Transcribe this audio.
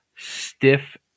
Stiff